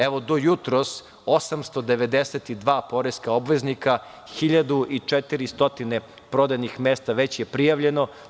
Evo, do jutros 892 poreska obveznika, 1.400 prodajnih mesta već je prijavljeno.